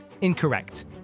incorrect